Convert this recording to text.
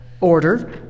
order